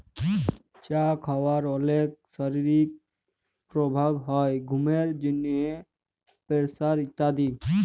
চা খাওয়ার অলেক শারীরিক প্রভাব হ্যয় ঘুমের জন্হে, প্রেসার ইত্যাদি